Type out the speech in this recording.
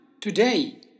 today